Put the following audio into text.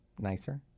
nicer